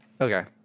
Okay